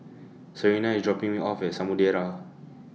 Serena IS dropping Me off At Samudera